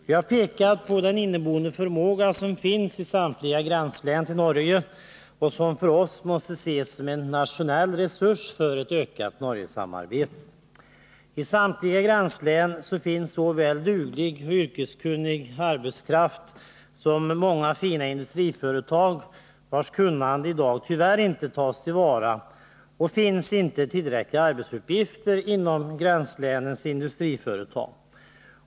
Vi har pekat på den inneboende förmåga som finns i samtliga gränslän mot Norge och som av oss måste ses som en nationell resurs för ett ökat Norgesamarbete. I samtliga gränslän finns såväl duglig och yrkeskunnig arbetskraft som många fina industriföretag, vilkas kunnande i dag tyvärr inte tas till vara, eftersom det inte finns tillräckliga arbetsuppgifter inom gränslänens industriföretag.